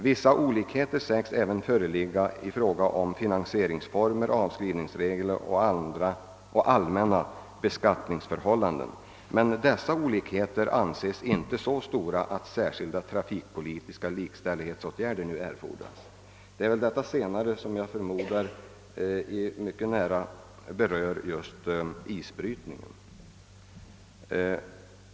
Vissa olikheter sägs även föreligga i fråga om finansieringsformer, avskrivningsregler och allmänna beskattningsförhållanden, men dessa olikheter anses inte så stora att särskilda trafikpolitiska likställighetsåtgärder nu erfordras.» Det är den sista meningen i citatet som jag förmodar mycket nära berör just isbrytningen.